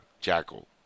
jackal